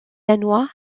danois